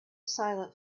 silent